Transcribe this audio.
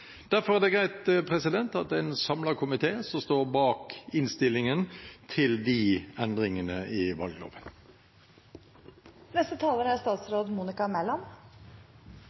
Derfor er det greit at det er en samlet komité som står bak innstillingen til endringene i